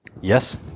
Yes